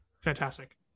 Fantastic